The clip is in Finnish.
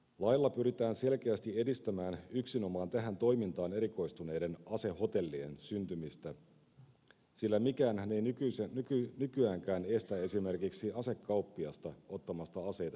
lailla pyritään selkeästi edistämään yksinomaan tähän toimintaan erikoistuneiden asehotellien syntymistä sillä mikäänhän ei nykyäänkään estä esimerkiksi asekauppiasta ottamasta aseita säilytykseen